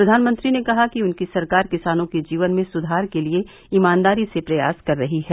प्रधानमंत्री ने कहा कि उनकी सरकार किसानों के जीवन में सुधार के लिए ईमानदारी से प्रयास कर रही है